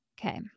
Okay